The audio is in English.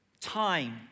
time